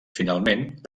finalment